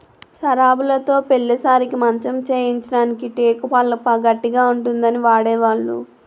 సరాబులుతో పెళ్లి సారెకి మంచం చేయించడానికి టేకు కలప గట్టిగా ఉంటుందని వాడేవాళ్లు